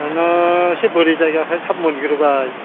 आंना इसे बोरि जायगाखाय थाब मोनग्रोबाय